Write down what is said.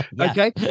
Okay